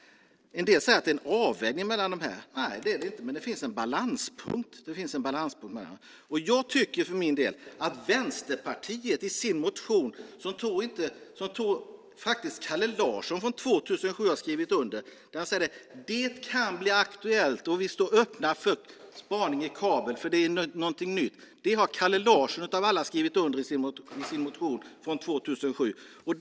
En del säger att det är en avvägning mellan dessa. Nej, det är det inte, men det finns en balanspunkt. I sin motion från 2007, som Kalle Larsson har skrivit under, säger han att det kan bli aktuellt med och att de står öppna för spaning i kabel. Det är någonting nytt. Det har Kalle Larsson skrivit under i sin motion från 2007.